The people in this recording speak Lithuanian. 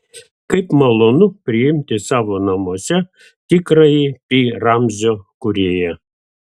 kaip malonu priimti savo namuose tikrąjį pi ramzio kūrėją